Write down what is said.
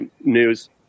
news